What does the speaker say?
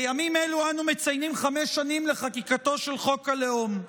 בימים אלו אנו מציינים חמש שנים לחקיקתו של חוק הלאום.